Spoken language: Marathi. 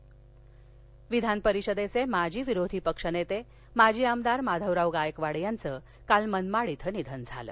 निधन विधान परिषदेचे माजी विरोधी पक्षनेते माजी आमदार माधवराव गायकवाड यांचं काल मनमाड इथं निधन झाले